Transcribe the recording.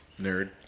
Nerd